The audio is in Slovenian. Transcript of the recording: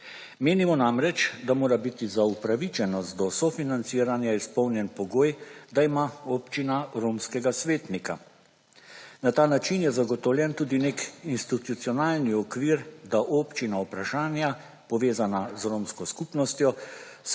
Menimo namreč, da mora biti za opravičenost do sofinanciranja izpolnjen pogoj, da ima občina romskega svetnika. Na ta način je zagotovljen tudi neke institucionalni okvir, da občina vprašanja povezana z romsko skupnosti